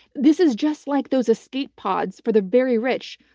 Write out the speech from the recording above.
this is just like those escape pods for the very rich,